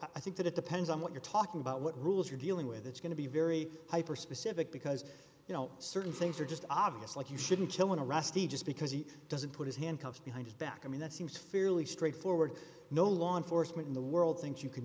i think that it depends on what you're talking about what rules you're dealing with it's going to be very hyper specific because you know certain things are just obvious like you shouldn't tell in a rusty just because he doesn't put his hand cuffed behind his back i mean that seems fairly straightforward no law enforcement in the world thinks you can